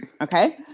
Okay